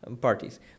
Parties